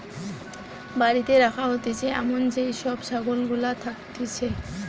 বাড়িতে রাখা হতিছে এমন যেই সব ছাগল গুলা থাকতিছে